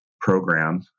program